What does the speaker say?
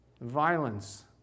Violence